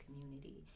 community